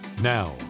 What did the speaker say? Now